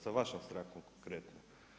Sa vašom strankom, konkretno.